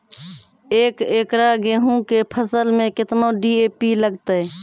एक एकरऽ गेहूँ के फसल मे केतना डी.ए.पी लगतै?